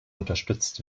unterstützt